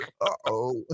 Uh-oh